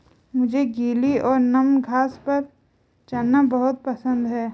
मुझे गीली और नम घास पर चलना बहुत पसंद है